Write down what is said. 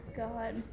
god